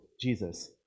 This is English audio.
Jesus